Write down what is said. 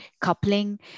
coupling